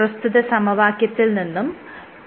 പ്രസ്തുത സമവാക്യത്തിൽ നിന്നും τ r2